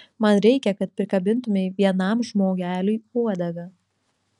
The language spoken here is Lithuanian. man reikia kad prikabintumei vienam žmogeliui uodegą